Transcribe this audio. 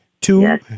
Two